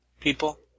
people